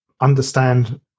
understand